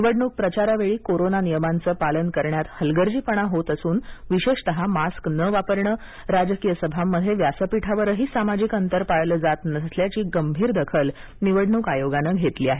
निवडणूक प्रचारावेळी कोरोना नियमांचं पालन करण्यात हलगर्जीपणा होत असून विशेषतः मास्क न वापरणे आणि राजकीय सभांमध्ये व्यासपीठावरही सामाजिक अंतर पाळले जात नसल्याची गंभीर दखल निवडणूक आयोगानं घेतली आहे